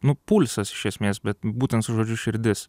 nu pulsas iš esmės bet būtent žodžiu širdis